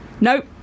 Nope